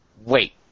Wait